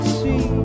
see